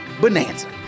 Bonanza